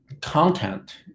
content